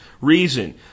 Reason